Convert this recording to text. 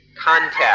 contact